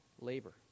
labor